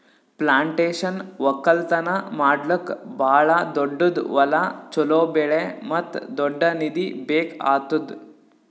plantation ಒಕ್ಕಲ್ತನ ಮಾಡ್ಲುಕ್ ಭಾಳ ದೊಡ್ಡುದ್ ಹೊಲ, ಚೋಲೋ ಬೆಳೆ ಮತ್ತ ದೊಡ್ಡ ನಿಧಿ ಬೇಕ್ ಆತ್ತುದ್